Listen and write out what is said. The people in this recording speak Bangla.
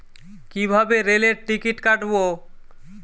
কিভাবে রেলের টিকিট কাটব?